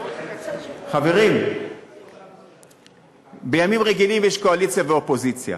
חברים, בימים רגילים יש קואליציה ואופוזיציה.